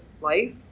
Life